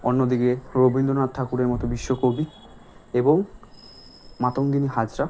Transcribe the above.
অন্য দিকে রবীন্দ্রনাথ ঠাকুরের মতো বিশ্বকবি এবং মাতঙ্গিনী হাজরা